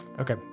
Okay